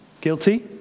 Guilty